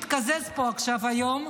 שהתקזז פה עכשיו היום,